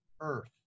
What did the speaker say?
earth